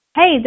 Hey